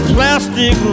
Plastic